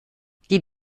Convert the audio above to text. die